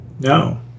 No